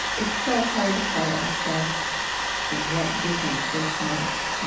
it's so hard to try to assess what difference this makes,